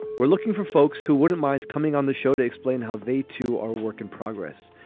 we're looking for folks who wouldn't mind coming on the show to explain how they, too, are work in progress.